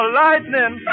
lightning